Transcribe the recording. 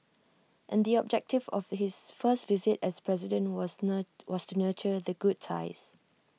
and the objective of his first visit as president was nur was to nurture the good ties